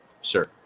Sure